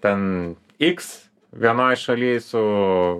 ten iks vienoj šaly su